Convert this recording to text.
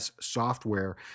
software